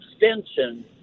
extension